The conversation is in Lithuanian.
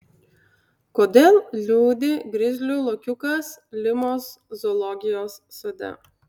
kodėl liūdi grizlių lokiukas limos zoologijos sode